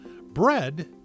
Bread